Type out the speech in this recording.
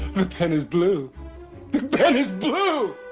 the pen is blue. the pen is blue!